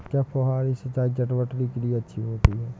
क्या फुहारी सिंचाई चटवटरी के लिए अच्छी होती है?